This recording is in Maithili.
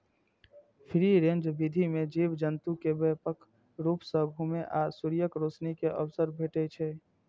फ्री रेंज विधि मे जीव जंतु कें व्यापक रूप सं घुमै आ सूर्यक रोशनी के अवसर भेटै छै